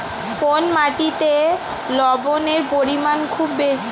কোন মাটিতে লবণের পরিমাণ খুব বেশি?